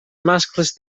mascles